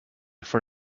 for